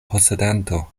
posedanto